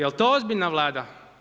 Jel' to ozbiljna Vlada?